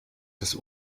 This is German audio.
das